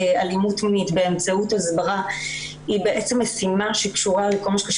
אלימות מינית באמצעות הסברה היא משימה שקשורה לכל מה שקשור